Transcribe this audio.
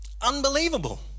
Unbelievable